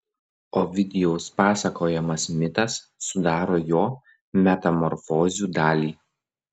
ovidijaus pasakojamas mitas sudaro jo metamorfozių dalį